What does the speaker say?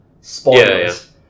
Spoilers